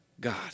God